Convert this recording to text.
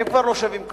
הם כבר לא שווים כלום.